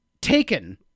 taken